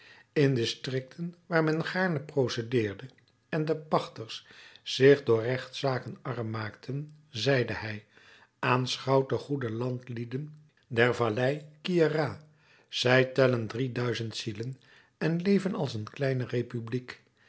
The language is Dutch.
in districten waar men gaarne procedeerde en de pachters zich door gerechtszaken arm maakten zeide hij aanschouwt de goede landlieden der vallei queyras zij tellen drie duizend zielen en leven als in een kleine republiek